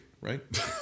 right